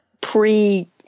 pre